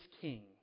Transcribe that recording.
king